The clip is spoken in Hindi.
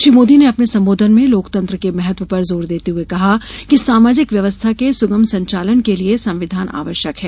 श्री मोदी ने अपने संबोधन में लोकतंत्र के महत्व पर जोर देते हए कहा कि सामाजिक व्यवस्था के सुगम संचालन के लिये संविधान आवश्यक है